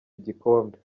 igikombe